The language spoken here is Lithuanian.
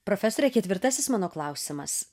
profesore ketvirtasis mano klausimas